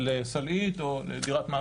לסלעית או לדירת מעקב.